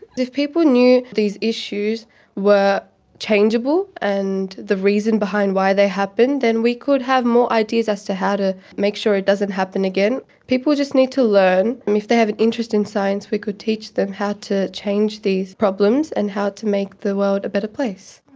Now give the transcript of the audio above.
if people knew these issues were changeable, and the reason behind why they happen, then we could have more ideas as to how to make sure it doesn't happen again. people just need to learn, and if they have an interest in science we could teach them how to change these problems and how to make the world a better place.